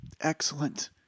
excellent